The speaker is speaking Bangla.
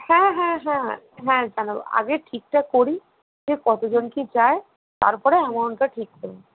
হ্যাঁ হ্যাঁ হ্যাঁ হ্যাঁ জানাবো আগে ঠিকটা করি যে কতজন কি যায় তারপরে অ্যামাউন্টটা ঠিক করবো